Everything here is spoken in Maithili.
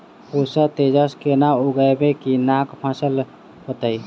पूसा तेजस केना उगैबे की नीक फसल हेतइ?